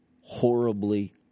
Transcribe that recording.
horribly